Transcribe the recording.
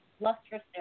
lustrous